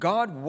God